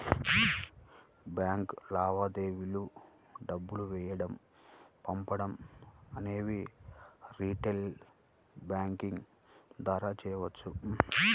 bank లావాదేవీలు డబ్బులు వేయడం పంపడం అనేవి రిటైల్ బ్యాంకింగ్ ద్వారా చెయ్యొచ్చు